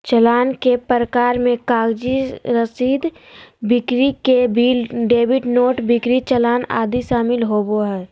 चालान के प्रकार मे कागजी रसीद, बिक्री के बिल, डेबिट नोट, बिक्री चालान आदि शामिल होबो हय